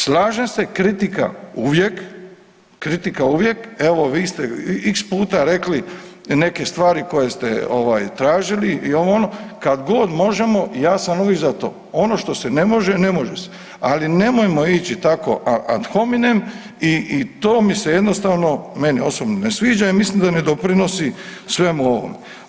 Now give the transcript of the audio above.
Slažem se kritika uvijek, kritika uvijek evo vi ste x puta rekli neke stvari koje ovaj tražili i ovo ono, kad god možemo ja sam uvijek za to, ono što se ne može, ne može se, ali nemojmo ići tako ad hominem i to mi se jednostavno meni osobno ne sviđa i mislim da ne doprinosi svemu ovome.